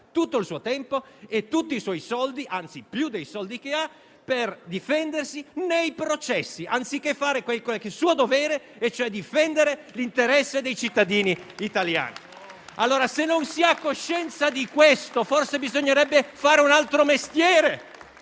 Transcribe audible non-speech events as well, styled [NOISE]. tutto il tuo tempo e tutti i suoi soldi - anzi, più dei soldi che ha - per difendersi nei processi, anziché fare il suo dovere, vale a dire difendere l'interesse dei cittadini italiani. [APPLAUSE] Se non si ha coscienza di questo, forse bisognerebbe fare un altro mestiere,